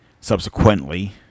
subsequently